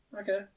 Okay